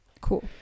cool